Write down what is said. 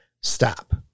stop